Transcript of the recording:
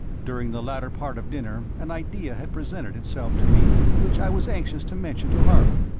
during the latter part of dinner an idea had presented itself to me which i was anxious to mention to harley,